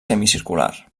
semicircular